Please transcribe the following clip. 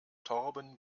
torben